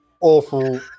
awful